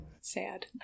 Sad